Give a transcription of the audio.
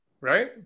right